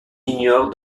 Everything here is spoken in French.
ignore